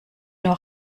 nur